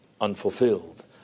unfulfilled